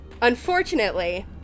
Unfortunately